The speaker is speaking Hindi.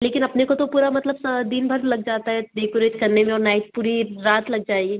लेकिन अपने को तो पूरा मतलब दिन भर लग जाता है डेकोरेट करने में और नाइट पूरी रात लग जाएगी